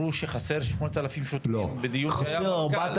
המפכ"ל אמר את